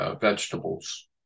Vegetables